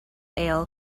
ale